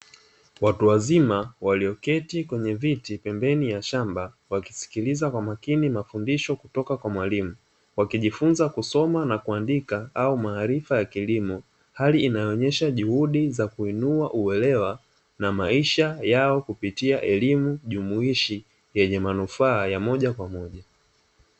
Watu wazima waliyoketi katika viti kwenye shamba, wakisikiliza kwa makini mafundisho kutoka kwa mwalimu. Wakijifunza kusoma na kuandika au maarifa ya kilimo hali inayo inua uelewa kupitia maisha yao jumuishi kwa manufaa ya moja kwa moja.